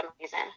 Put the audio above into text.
amazing